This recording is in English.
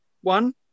one